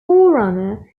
forerunner